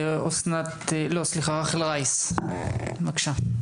רחל רייס, בבקשה.